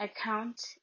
Account